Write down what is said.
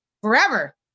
forever